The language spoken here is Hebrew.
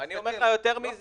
אני אומר לך יותר מזה.